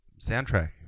soundtrack